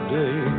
day